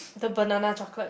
the banana chocolate